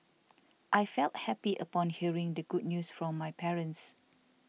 I felt happy upon hearing the good news from my parents